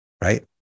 right